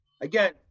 again